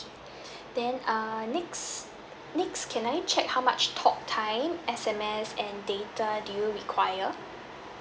then err next next can I check how much talk time S_M_S and data do you require